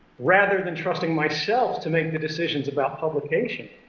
rather than trusting myself to make the decisions about publication,